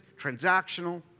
transactional